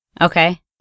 Okay